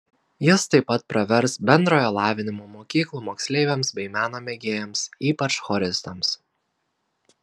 jis taip pat pravers bendrojo lavinimo mokyklų moksleiviams bei meno mėgėjams ypač choristams